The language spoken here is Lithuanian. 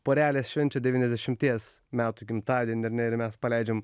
porelės švenčia devyniasdešimties metų gimtadienį ar ne ir mes paleidžiam